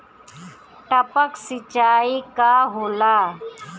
टपक सिंचाई का होला?